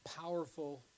powerful